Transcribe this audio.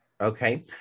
Okay